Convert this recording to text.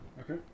okay